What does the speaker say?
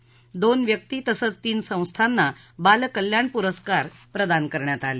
तर दोन व्यक्ती तसंच तीन संस्थांना बाल कल्याण प्रस्कार प्रदान करण्यात आले